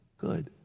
Good